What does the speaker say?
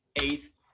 eighth